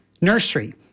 nursery